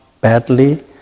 badly